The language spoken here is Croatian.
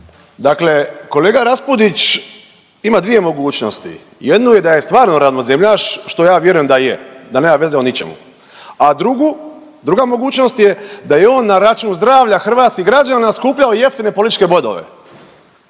dakle kolega Raspudić ima dvije mogućnosti, jednu je da je stvarno ravnozemljaš, što ja vjerujem da je, da nema veze o ničemu, a drugu, druga mogućnost je da je on na račun zdravlja hrvatskih građana skupljao jeftine političke bodove.